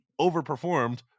overperformed